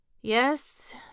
Yes